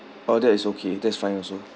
orh that is okay that's fine also